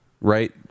right